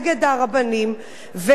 ושנה לאחר מכן,